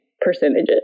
percentages